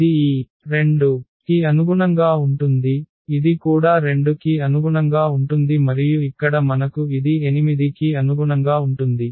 ఇది ఈ 2 కి అనుగుణంగా ఉంటుంది ఇది కూడా 2 కి అనుగుణంగా ఉంటుంది మరియు ఇక్కడ మనకు ఇది 8 కి అనుగుణంగా ఉంటుంది